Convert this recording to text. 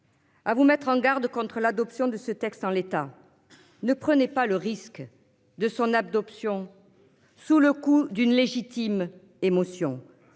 À vous mettre en garde contre l'adoption de ce texte en l'état. Ne prenait pas le risque de son adoption, sous le coup d'une légitime émotion.